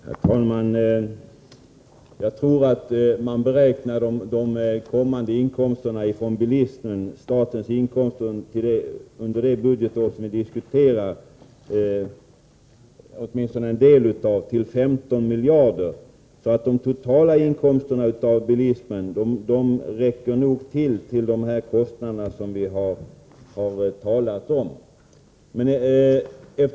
Herr talman! Jag tror att man beräknar statens inkomster från bilismen, för det budgetår som vi diskuterar åtminstone en del av, till 15 miljarder kronor. De totala inkomsterna från bilismen räcker nog till för de kostnader som vi har talat om.